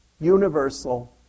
universal